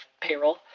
payroll